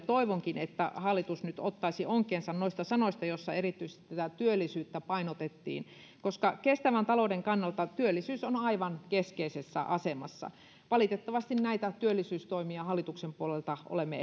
toivonkin että hallitus nyt ottaisi onkeensa noista sanoista joissa erityisesti tätä työllisyyttä painotettiin koska kestävän talouden kannalta työllisyys on aivan keskeisessä asemassa valitettavasti näitä työllisyystoimia hallituksen puolelta olemme